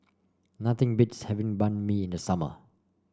nothing beats having Banh Mi in the summer